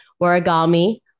Origami